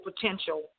potential